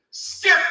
skip